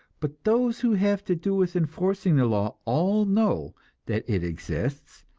but those who have to do with enforcing the law all know that it exists,